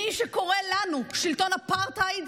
מי שקורא לנו שלטון אפרטהייד,